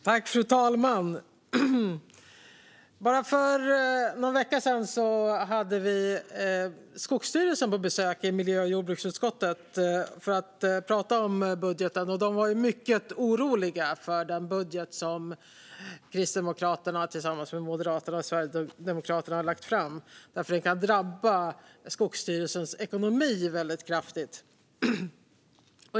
Fru talman! Bara för någon vecka sedan hade vi Skogsstyrelsen på besök i miljö och jordbruksutskottet för att tala om budgeten. De var mycket oroliga för den budget som Kristdemokraterna tillsammans med Moderaterna och Sverigedemokraterna hade lagt fram. Det kan drabba Skogsstyrelsens ekonomi väldigt kraftigt.